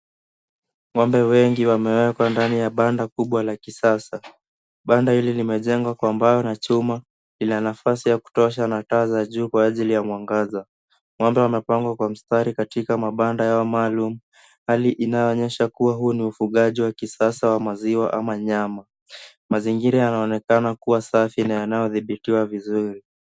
Ng'ombe wengi wamewekwa ndani ya banda kubwa la kisasa. Banda hili limejengwa kwa mbao na chuma. Lina nafasi ya kutosha na taa za juu kwa ajili ya mwangaza. Ng'ombe wamepangwa kwa mistari katika mabanda yao maalum, hali inayoonyesha kuwa huu ni ufugaji wa kisasa wa maziwa ama nyama. Mazingira yanaonekana kuwa safi na yanayothibitiwa vizuri.